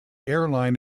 airline